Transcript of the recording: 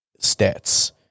stats